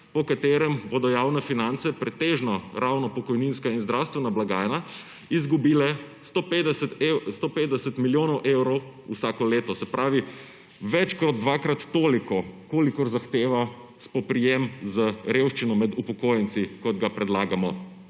po katerem bodo javne finance pretežno, ravno pokojninska in zdravstvena blagajna, izgubile 150 milijonov evrov vsako leto. Se pravi več kot dvakrat toliko, kolikor zahteva spoprijem z revščino med upokojenci, kot ga predlagamo